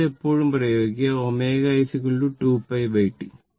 ഈ ബന്ധം എപ്പോഴും ഉപയോഗിക്കുക ω i 2πT